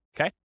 Okay